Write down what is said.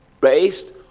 based